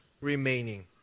remaining